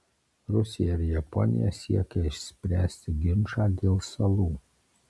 rusija ir japonija siekia išspręsti ginčą dėl salų